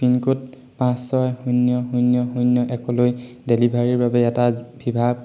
pincode পাঁচ ছয় শূন্য শূন্য শূন্য একলৈ ডেলিভাৰীৰ বাবে এটা ভিভা